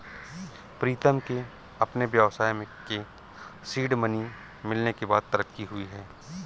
प्रीतम के अपने व्यवसाय के सीड मनी मिलने के बाद तरक्की हुई हैं